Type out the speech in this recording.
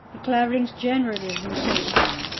the claverings, generally, have been so strong.